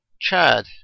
Chad